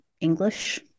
English